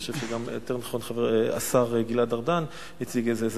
ואני חושב שיותר נכון השר גלעד ארדן הציג את זה,